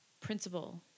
principal